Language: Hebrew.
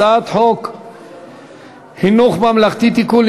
הצעת חוק חינוך ממלכתי (תיקון,